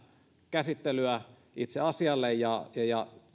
käsittelyä itse asialle ja ja